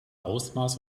ausmaß